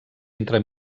entre